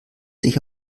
sich